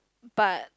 but